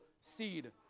seed